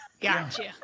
gotcha